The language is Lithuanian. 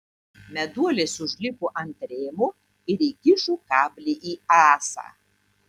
meduolis užlipo ant rėmo ir įkišo kablį į ąsą